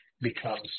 becomes